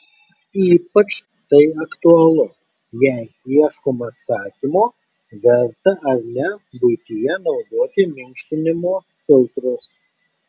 ypač tai aktualu jei ieškoma atsakymo verta ar ne buityje naudoti minkštinimo filtrus